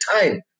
time